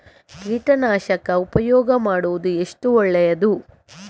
ಕೀಟನಾಶಕ ಉಪಯೋಗ ಮಾಡುವುದು ಎಷ್ಟು ಒಳ್ಳೆಯದು?